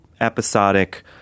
episodic